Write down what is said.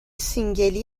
سینگلی